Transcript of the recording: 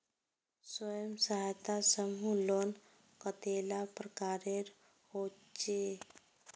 स्वयं सहायता समूह लोन कतेला प्रकारेर होचे?